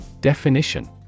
Definition